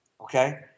Okay